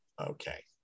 Okay